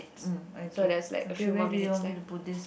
mm okay okay where do you want me to put this